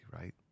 right